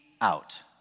out